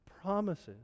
promises